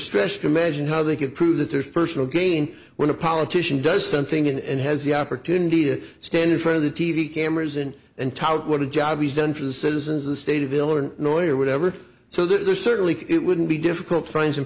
stretch to imagine how they could prove that there's personal gain when a politician does something and has the opportunity to stand in front of the t v cameras and and tout what a job he's done for the citizens of the state of illinois or whatever so there's certainly it wouldn't be difficult friends and